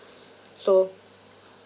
so